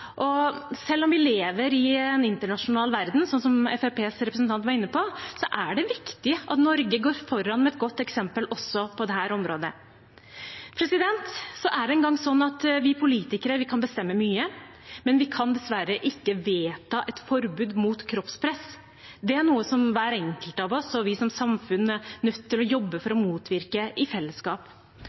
Selv om vi lever i en internasjonal verden, som Fremskrittspartiets representant var inne på, er det viktig at Norge går foran med et godt eksempel også på dette området. Vi politikere kan bestemme mye, men vi kan dessverre ikke vedta et forbud mot kroppspress. Det er noe som hver enkelt av oss og vi som samfunn er nødt til å jobbe for å motvirke i fellesskap.